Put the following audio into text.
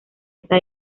esta